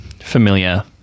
familiar